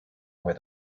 where